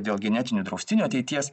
dėl genetinių draustinių ateities